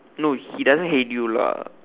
no he doesn't hate you lah